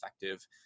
effective